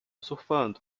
surfando